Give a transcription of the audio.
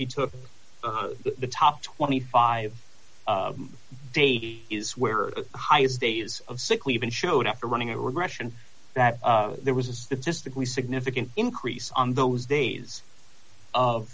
he took the top twenty five days is where are highest days of sick leave and showed after running a regression that there was a statistically significant increase on those days of